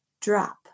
drop